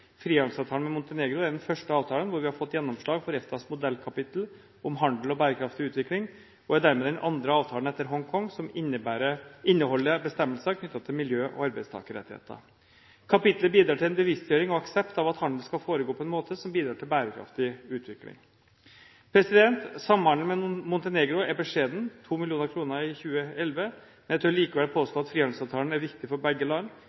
Frihandelsavtalen med Montenegro er den første avtalen der vi har fått gjennomslag for EFTAs modellkapittel om handel og bærekraftig utvikling, og er dermed den andre avtalen etter Hongkong som inneholder bestemmelser knyttet til miljø og arbeidstakerrettigheter. Kapitlet bidrar til bevisstgjøring og aksept av at handel skal foregå på en måte som bidrar til bærekraftig utvikling. Samhandelen med Montenegro er beskjeden – 2 mill. kr i 2011 – men jeg tør likevel påstå at frihandelsavtalen er viktig for begge land.